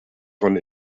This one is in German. von